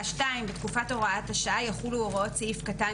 (2) בתקופת הוראת השעה יחולו הוראות סעיף קטן